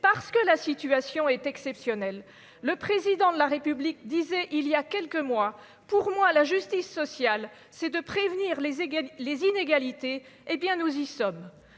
parce que la situation est exceptionnelle, le président de la République disait il y a quelques mois, pour moi, la justice sociale, c'est de prévenir les les inégalités, hé bien nous y sommes,